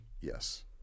Yes